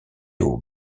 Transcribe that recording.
aux